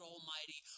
Almighty